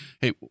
Hey